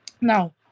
Now